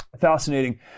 Fascinating